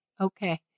Okay